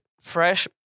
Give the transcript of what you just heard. fresh